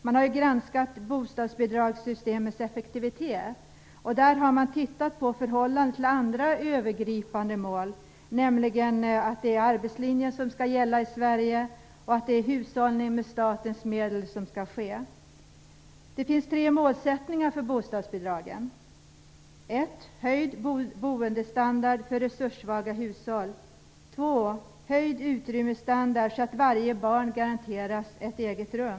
Där har man granskat bostadsbidragssystemets effektivitet och tittat på det i förhållande till andra övergripande mål, nämligen att arbetslinjen skall gälla i Sverige och att det skall hushållas ned statens medel. Det finns tre målsättningar för bostadsbidragen: Det första är höjd boendestandard för resurssvaga hushåll. Det andra är höjd utrymmesstandard, så att varje barn garanteras ett eget rum.